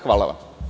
Hvala vam.